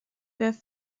with